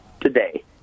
today